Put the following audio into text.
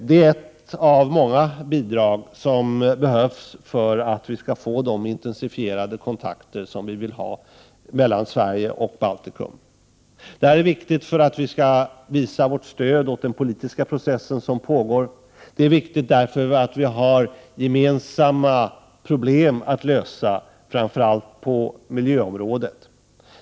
Det är ett av många bidrag som behövs för att vi skall få de intensifierade kontakter som vi vill ha mellan Sverige och Baltikum. Detta är viktigt för att vi skall visa vårt stöd för den politiska process som pågår. Det är viktigt därför att vi har gemensamma problem att lösa framför allt på miljöområdet.